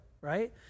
right